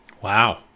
Wow